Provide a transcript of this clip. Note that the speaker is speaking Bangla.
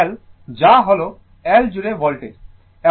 এটি L যা হল L জুড়ে ভোল্টেজ